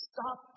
Stop